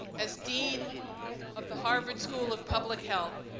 as dean of the harvard school of public health,